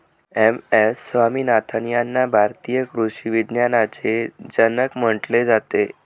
M S Swaminathan यांना भारतीय कृषी विज्ञानाचे जनक म्हटले जाते